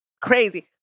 Crazy